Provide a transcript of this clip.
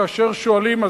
כאשר שואלים,